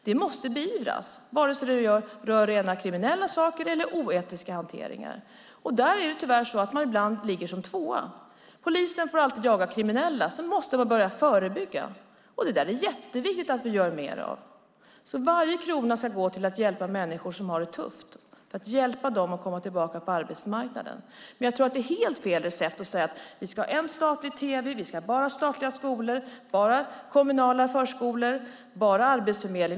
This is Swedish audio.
Det måste beivras, vare sig det rör rena kriminella saker eller oetisk hantering. Där är det tyvärr så att man ibland ligger tvåa. Polisen får alltid jaga kriminella. Man måste börja förebygga. Det är jätteviktigt att vi gör mer av det. Varje krona ska gå till att hjälpa människor som har det tufft att komma tillbaka på arbetsmarknaden, men jag tror att det är helt fel recept att säga att vi ska ha en statlig tv, bara statliga skolor, bara kommunala förskolor och bara Arbetsförmedlingen.